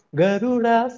Garuda